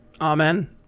amen